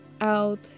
out